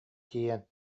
тиийэн